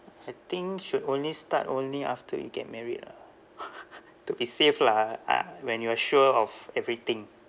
I think should only start only after you get married ah to be safe lah ah when you are sure of everything